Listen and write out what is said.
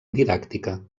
didàctica